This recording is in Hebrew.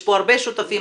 יש פה הרבה שותפים,